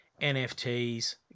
NFTs